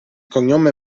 cognome